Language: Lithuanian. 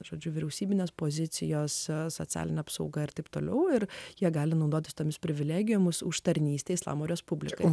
žodžiu vyriausybinės pozicijos socialinę apsaugą ir taip toliau ir jie gali naudotis tomis privilegijomis už tarnystę islamo respublikai